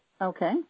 Okay